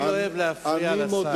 אני לא אוהב להפריע לשר,